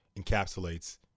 encapsulates